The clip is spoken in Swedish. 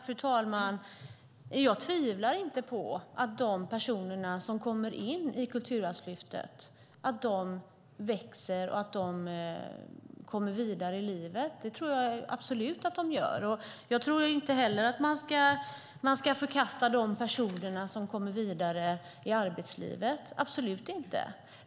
Fru talman! Jag tvivlar inte på att de personer som kommer in i Kulturarvslyftet växer och kommer vidare i livet. Det tror jag absolut att de gör. Jag tror inte heller att man ska förkasta att personer kommer vidare i arbetslivet - absolut inte.